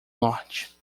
norte